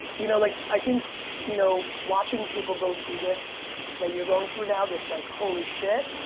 you know, like i think you know, watching people go through this that you're going through now, this like, holy shit.